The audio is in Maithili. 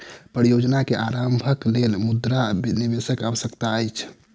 परियोजना के आरम्भक लेल मुद्रा निवेशक आवश्यकता अछि